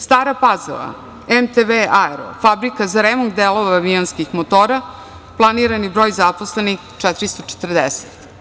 Stara Pazova, „MTV aero“ fabrika za remont delova avionskih motora, planirani broj zaposlenih 440.